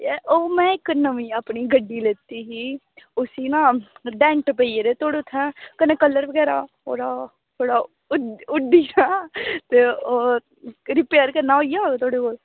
ओह् में नमीं अपनी इक्क गड्डी लैती ही ते उसी ना डेंट पेई गेदे थोह्ड़े उत्थें कन्नै कलर बगैरा थोह्ड़ा उत्थें उड्डी गेआ ते ओह् रिपेयर करना होई जाह्ग थुआढ़े कोल